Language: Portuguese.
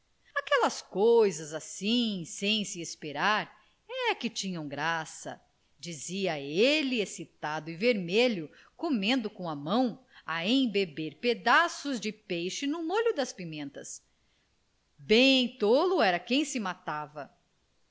aquelas coisas assim sem se esperar é que tinham graça dizia ele excitado e vermelho comendo com a mão a embeber pedaços de peixe no molho das pimentas bem tolo era quem se matava